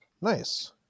Nice